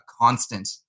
constant